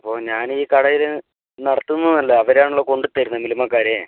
അപ്പോൾ ഞാനീ കടയിൽ നടത്തുന്നതല്ല അവരാണല്ലോ കൊണ്ട് തരുന്നത് മിൽമ്മാക്കാർ